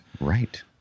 Right